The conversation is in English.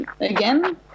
again